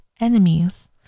enemies